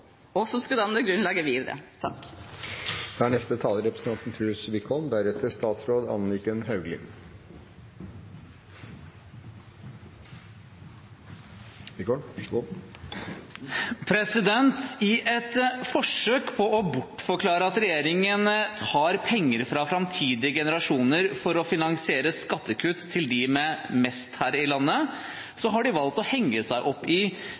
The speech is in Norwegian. og som skal danne grunnlaget videre. I et forsøk på å bortforklare at regjeringen tar penger fra framtidige generasjoner for å finansiere skattekutt til dem med mest her i landet, har man valgt å henge seg opp i